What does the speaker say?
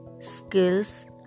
skills